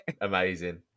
Amazing